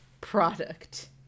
product